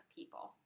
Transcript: people